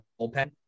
bullpen